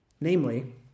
namely